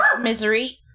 misery